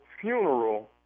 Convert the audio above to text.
funeral